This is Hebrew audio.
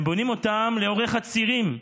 הם בונים אותם לאורך הצירים,